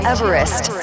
Everest